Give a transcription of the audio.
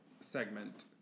segment